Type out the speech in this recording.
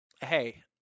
Hey